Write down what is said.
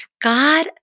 God